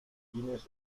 fines